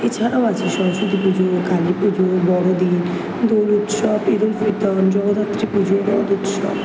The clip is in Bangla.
এছাড়াও আছে সরস্বতী পুজো কালী পুজো বড়দিন দোল উৎসব ইদ উল ফিতর জগদ্ধাত্রী পুজো রথ উৎসব